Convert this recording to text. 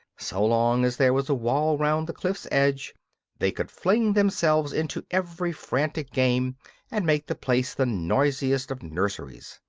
so long as there was a wall round the cliff's edge they could fling themselves into every frantic game and make the place the noisiest of nurseries.